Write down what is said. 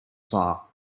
far